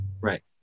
Right